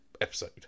episode